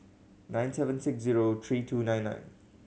nine seven six zero three two nine nine